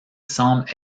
semble